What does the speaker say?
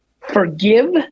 forgive